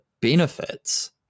benefits